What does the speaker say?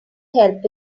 help